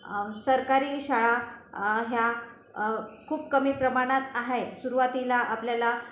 सरकारी शाळा ह्या खूप कमी प्रमाणात आहेत सुरुवातीला आपल्याला